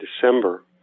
December